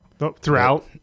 Throughout